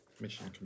Mission